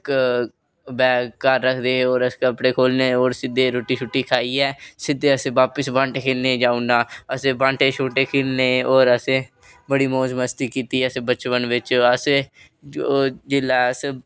bag घर रखदे होर असें कपड़े खोह्लने सिद्धे रुट्टी खाइयै सिद्धे असें बापस बांह्टे खेल्लने गी बापस जाई ओड़ना असें बांह्टे खेल्लने होर असें बड़ी मौज़ मस्ती कीती असें बचपन बिच असें जो जेल्लै अस